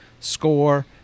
Score